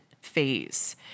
phase